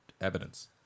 evidence